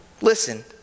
Listen